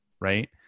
right